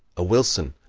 a wilson,